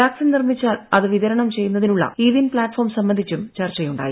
vaccine നിർമ്മിച്ചാൽ അത് വിതരണം ചെയ്യുന്നതിനുള്ള ഇ വിൻ പ്ലാറ്റ്ഫോം സംബന്ധിച്ചും ചർച്ചയുണ്ടായി